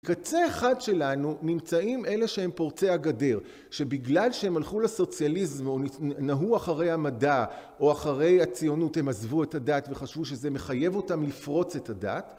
קצה אחד שלנו נמצאים אלה שהם פורצי הגדר, שבגלל שהם הלכו לסוציאליזם או נהו אחרי המדע או אחרי הציונות, הם עזבו את הדת וחשבו שזה מחייב אותם לפרוץ את הדת